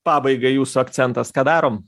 pabaigai jūsų akcentas ką darom